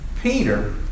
Peter